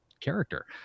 character